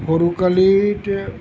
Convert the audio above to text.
সৰু কালিত